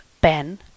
Ben